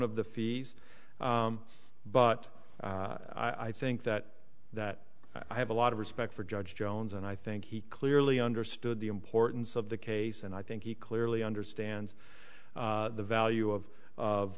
of the fees but i think that that i have a lot of respect for judge jones and i think he clearly understood the importance of the case and i think he clearly understands the value of